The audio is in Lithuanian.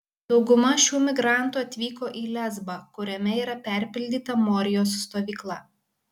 dauguma šių migrantų atvyko į lesbą kuriame yra perpildyta morijos stovykla